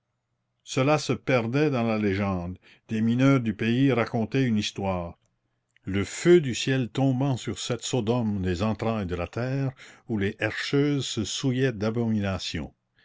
cela se perdait dans la légende des mineurs du pays racontaient une histoire le feu du ciel tombant sur cette sodome des entrailles de la terre où les herscheuses se souillaient d'abominations